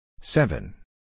Seven